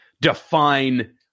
define